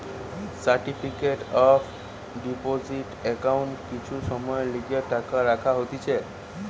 certificate of deposit একাউন্টে কিছু সময়ের লিগে টাকা রাখা হতিছে